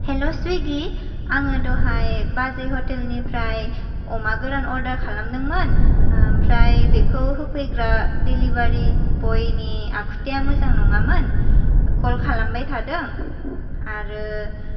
हेल' सुइगि आङो दहाय बाजै हटेलनिफ्राय अमा गोरान अर्डार खालामदोंमोन ओमफ्राय बेखौ होफैग्रा दिलिबारि बयनि आखुथाइया मोजां नङामोन कल खालामबाय थादों आरो